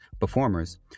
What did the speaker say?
performers